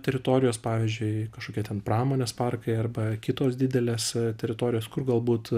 teritorijos pavyzdžiui kažkokie ten pramonės parkai arba kitos didelės teritorijos kur galbūt